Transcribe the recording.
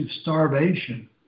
starvation